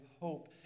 hope